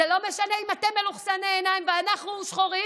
זה לא משנה אם אתם מלוכסני עיניים ואנחנו שחורים